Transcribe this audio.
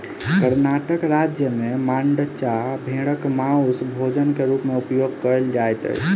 कर्णाटक राज्य में मांड्या भेड़क मौस भोजन के रूप में उपयोग कयल जाइत अछि